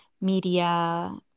media